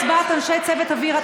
הצבעת אנשי צוות אוויר),